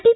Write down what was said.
T